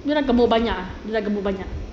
dia dah gemuk banyak ah dia dah gemuk banyak